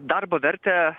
darbo vertę